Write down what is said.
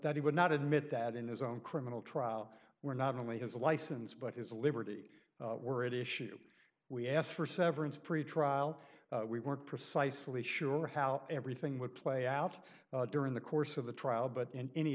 that he would not admit that in his own criminal trial were not only his license but his liberty were it issues we asked for severance pre trial we weren't precisely sure how everything would play out during the course of the trial but in any